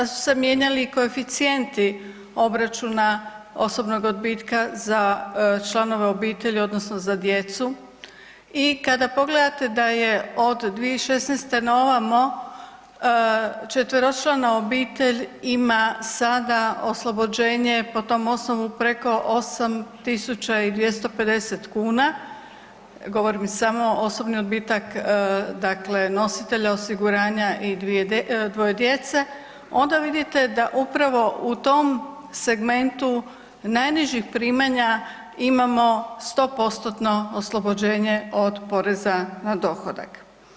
Da su se mijenjali koeficijenti obračuna osobnog odbitka za članove obitelji, odnosno za djecu i kada pogledate da je od 2016. na ovako 4-člana obitelj ima sada oslobođenje po tom osnovu preko 8 250 kuna, govorim samo osobni odbitak dakle, nositelja osiguranja i dvoje djece, onda vidite da upravo u tom segmentu najnižih primanja imamo 100%-tno oslobođenje od poreza na dohodak.